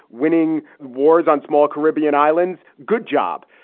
winning wars on small caribbean islands. good job.